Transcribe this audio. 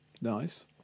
Nice